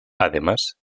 además